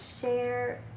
share